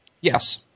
Yes